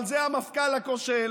אבל זה המפכ"ל הכושל